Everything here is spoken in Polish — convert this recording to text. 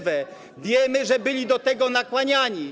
Wiemy, że byli do tego nakłaniani.